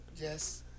yes